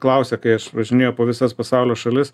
klausia kai aš važinėju po visas pasaulio šalis